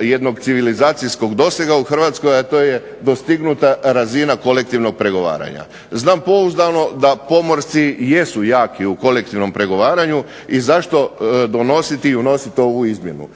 jednog civilizacijskog dosega u Hrvatskoj, a to je dostignuta razina kolektivnog pregovaranja. Znam pouzdano da pomorci jesu jaki u kolektivnom pregovaranju i zašto donositi i unositi ovu izmjenu.